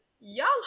Y'all